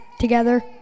Together